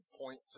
point